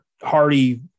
Hardy